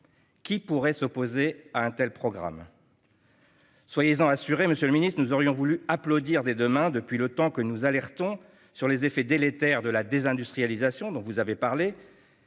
Qui pourrait s'opposer à un tel programme ? Soyez-en assurés, messieurs les ministres, nous aurions voulu applaudir des deux mains depuis le temps que nous alertons sur les effets délétères de la désindustrialisation, sur cette